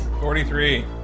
Forty-three